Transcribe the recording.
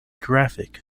graphic